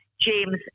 James